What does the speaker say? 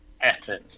Epic